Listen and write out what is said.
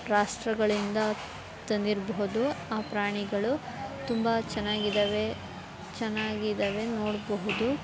ರಾಷ್ಟ್ರಗಳಿಂದ ತಂದಿರಬಹುದು ಆ ಪ್ರಾಣಿಗಳು ತುಂಬ ಚೆನ್ನಾಗಿದ್ದಾವೆ ಚೆನ್ನಾಗಿದ್ದಾವೆ ನೋಡಬಹುದು